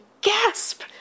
gasp